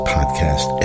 Podcast